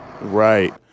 Right